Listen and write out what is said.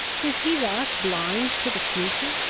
is he thus blind to the future,